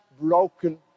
broken